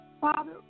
Father